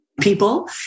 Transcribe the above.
people